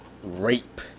rape